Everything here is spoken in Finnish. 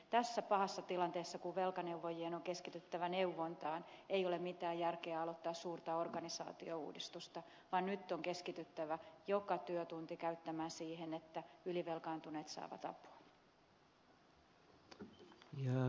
tässä pahassa tilanteessa kun velkaneuvojien on keskityttävä neuvontaan ei ole mitään järkeä aloittaa suurta organisaatiouudistusta vaan nyt on keskityttävä joka työtunti käyttämään siihen että ylivelkaantuneet saavat apua